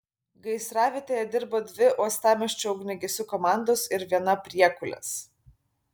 gaisravietėje dirbo dvi uostamiesčio ugniagesių komandos ir viena priekulės